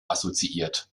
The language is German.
assoziiert